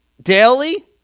daily